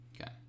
okay